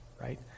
right